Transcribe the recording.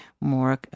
more